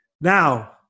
Now